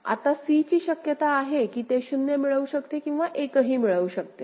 आता c ची शक्यता आहे की ते 0 मिळवू शकते किंवा 1 ही मिळवू शकेल